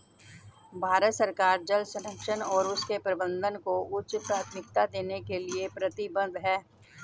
भारत सरकार जल संरक्षण और उसके प्रबंधन को उच्च प्राथमिकता देने के लिए प्रतिबद्ध है